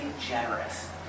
generous